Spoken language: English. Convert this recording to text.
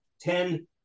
ten